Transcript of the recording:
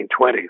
1920s